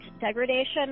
degradation